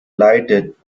leidet